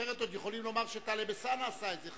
אחרת עוד יכולים לומר שטלב אלסאנע עשה את זה,